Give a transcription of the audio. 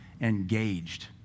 engaged